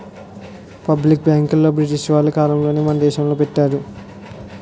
public బ్యాంకులు British వాళ్ళ కాలంలోనే మన దేశంలో పెట్టారు